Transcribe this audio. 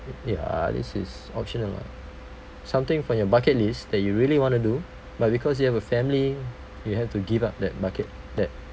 ya this is optional [what] something from your bucket list that you really want to do but because you have a family you have to give up that bucket that